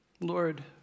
Lord